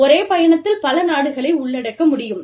ஒரே பயணத்தில் பல நாடுகளை உள்ளடக்க முடியும்